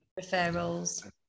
Referrals